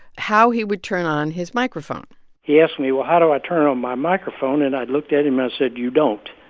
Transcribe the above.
how he would turn on his microphone he asked me, well, how do i turn on my microphone? and i looked at him and said, you don't.